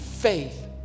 faith